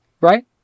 right